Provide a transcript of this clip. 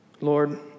Lord